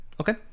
Okay